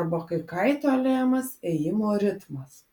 arba kai kaitaliojamas ėjimo ritmas